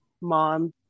mom